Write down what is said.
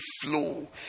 flow